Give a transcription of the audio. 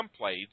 templates